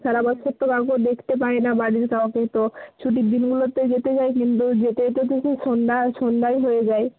সারা বছর তো কাউকে দেখতে পায় না বাড়ির কাওকে তো ছুটির দিনগুলোতে যেতে চাই কিন্তু যেতে যেতে তো সেই সন্ধ্যা সন্ধ্যাই হয়ে যায়